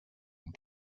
and